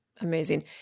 Amazing